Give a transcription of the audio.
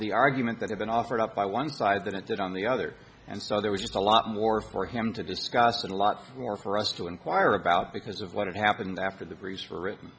the argument that had been offered up by one side than it did on the other and so there was just a lot more for him to discuss that a lot more for us to inquire about because of what happened after the priests were written